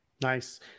nice